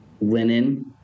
linen